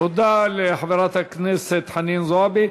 תודה לחברת הכנסת חנין זועבי.